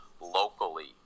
locally